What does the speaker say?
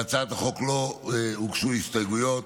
להצעת החוק לא הוגשו הסתייגויות.